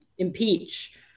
Impeach